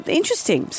interesting